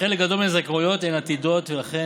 שחלק גדול מן הזכאויות הן עתידיות ולכן